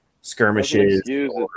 skirmishes